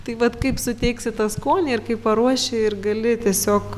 tai vat kaip suteiksi tą skonį ir kaip paruoši ir gali tiesiog